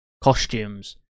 costumes